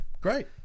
great